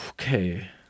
okay